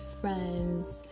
friends